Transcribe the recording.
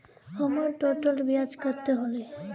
हमर टोटल ब्याज कते होले?